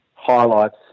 highlights